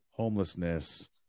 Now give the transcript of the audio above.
homelessness